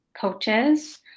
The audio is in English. coaches